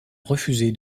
refusé